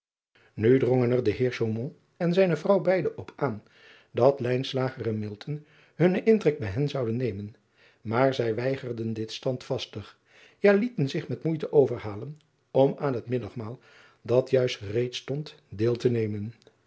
u drongen er de eer en zijne vrouw beiden op aan dat en hunnen intrek bij hen zouden nemen maar zij weigerden dit standvastig ja lieten zich met moeite overhalen om aan het middagmaal dat juist gereed stond deel te nemen